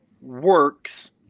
works